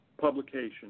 publication